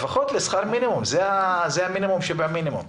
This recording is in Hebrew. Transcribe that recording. זה המינימום שבמינימום.